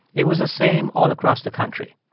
it was the same all across the country.